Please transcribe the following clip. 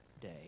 Day